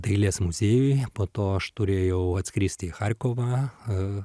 dailės muziejuj po to aš turėjau atskristi į charkovą